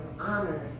honor